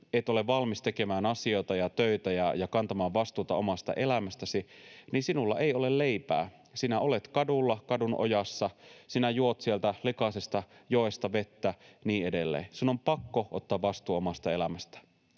et ole valmis tekemään asioita ja töitä ja kantamaan vastuuta omasta elämästäsi, niin sinulla ei ole leipää. Sinä olet kadulla, kadun ojassa, sinä juot sieltä likaisesta joesta vettä ja niin edelleen. Sinun on pakko ottaa vastuu omasta elämästä.